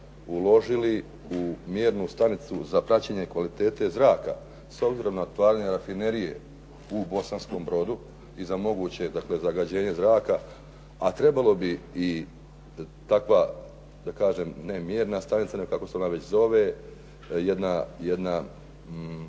uložili u mjernu stanicu za praćenje kvalitete zraka s obzirom na … /Govornik se ne razumije./ … rafinerije u Bosanskom Brodu i za moguće dakle zagađenje zraka, a trebalo bi i takva, da kažem ne mjerna stanica, nego kako se ona već zove, jedna